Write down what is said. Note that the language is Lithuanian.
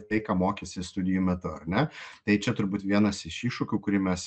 tai ką mokėsi studijų metu ar ne tai čia turbūt vienas iš iššūkių kurį mes